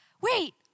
Wait